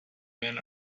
men